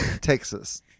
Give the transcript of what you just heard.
Texas